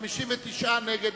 59 נגד,